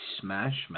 smash